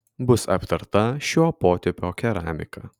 bus aptarta šio potipio keramika